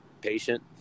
patient